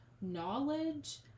knowledge